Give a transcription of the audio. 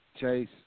Chase